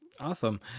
Awesome